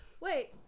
Wait